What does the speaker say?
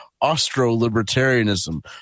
Austro-libertarianism